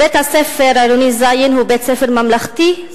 בית-ספר עירוני ז' הוא בית-ספר ממלכתי,